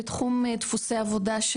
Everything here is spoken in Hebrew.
בתחום דפוסי עבודה,